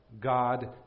God